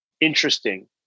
interesting